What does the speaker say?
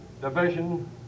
division